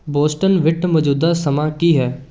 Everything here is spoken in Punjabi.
ਬੋਸਟਨ ਵਿੱਚ ਮੌਜੂਦਾ ਸਮਾਂ ਕੀ ਹੈ